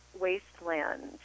wasteland